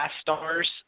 stars